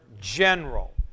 general